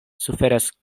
suferas